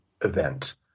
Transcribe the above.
event